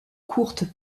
courtes